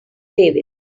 davis